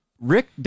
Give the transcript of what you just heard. Rick